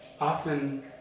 often